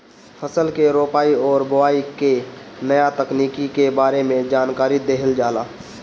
फसल के रोपाई और बोआई के नया तकनीकी के बारे में जानकारी देहल जाला